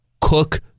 cook